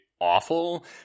awful